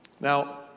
Now